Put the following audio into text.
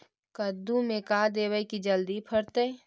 कददु मे का देबै की जल्दी फरतै?